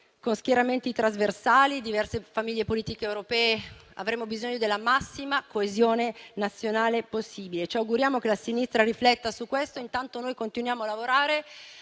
con schieramenti trasversali alle diverse famiglie politiche europee; avremo bisogno della massima coesione nazionale possibile. Ci auguriamo che la sinistra rifletta su questo e intanto noi continuiamo a lavorare,